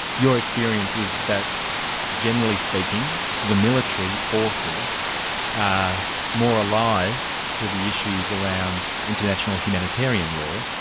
your experience is that generally speaking, the military forces are more alive to the issues around international humanitarian law,